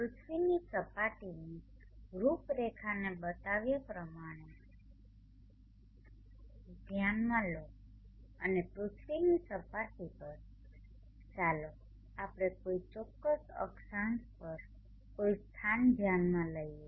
પૃથ્વીની સપાટીની રૂપરેખાને બતાવ્યા પ્રમાણે ધ્યાનમાં લો અને પૃથ્વીની સપાટી પર ચાલો આપણે કોઈ ચોક્કસ અક્ષાંશ પર કોઈ સ્થાન ધ્યાનમાં લઈએ